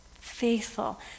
faithful